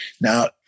Now